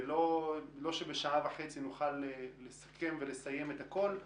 שלא נוכל לסכם ולסיים את הכול בשעה וחצי.